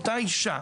אל אותה אישה,